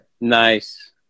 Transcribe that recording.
Nice